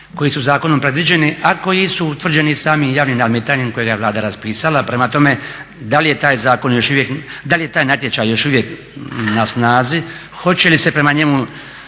koji su zakonom predviđeni, a koji su utvrđeni i samim javnim nadmetanjem kojega je Vlada raspisala. Prema tome, da li je taj zakon još uvijek, da li je taj